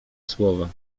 słowa